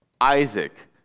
Isaac